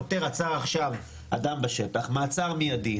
שוטר עצר עכשיו אדם בשטח - מעצר מיידי,